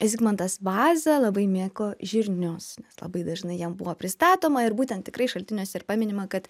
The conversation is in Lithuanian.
zigmantas vaza labai mėgo žirnius nes labai dažnai jam buvo pristatoma ir būtent tikrai šaltiniuose ir paminima kad